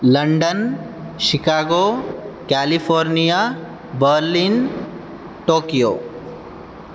London Chicago California Berlin Tokyo